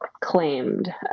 claimed